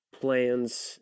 Plans